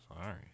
sorry